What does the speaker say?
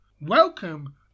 Welcome